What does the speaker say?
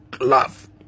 love